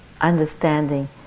understanding